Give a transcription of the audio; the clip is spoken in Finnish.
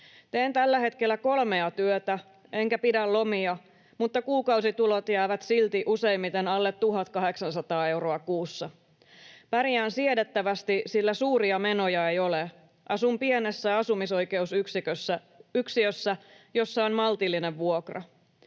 Teen tällä hetkellä kolmea työtä enkä pidä lomia, mutta kuukausitulot jäävät silti useimmiten alle 1 800 euron kuussa. Pärjään siedettävästi, sillä suuria menoja ei ole. Asun pienessä asumisoikeusyksiössä, jossa on maltillinen vuokra.